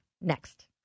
next